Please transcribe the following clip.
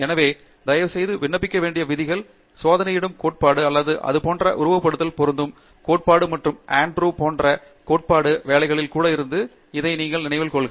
எனவே தயவுசெய்து விண்ணப்பிக்க வேண்டிய விதிகள் சோதனையிடும் கோட்பாடு அல்லது அதேபோன்ற உருவகப்படுத்துதலுக்கும் பொருந்தும் கோட்பாடு மற்றும் ஆன்ட்ரூ போன்றவை கோட்பாட்டு வேலைகளில் கூட இருந்தன என்பதை நினைவில் கொள்க